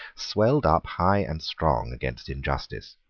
swelled up high and strong against injustice.